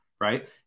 right